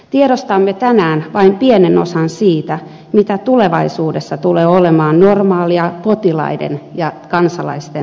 tiedostamme tänään vain pienen osan siitä mikä tulevaisuudessa tulee olemaan normaalia potilaiden ja kansalaisten terveydenhoitoa